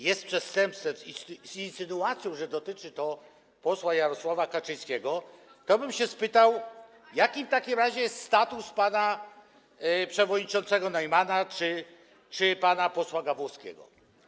jest przestępstwem, z insynuacją, że dotyczy to posła Jarosława Kaczyńskiego, to bym się spytał, jaki w takim razie jest status pana przewodniczącego Neumanna czy pana posła Gawłowskiego.